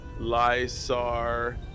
lysar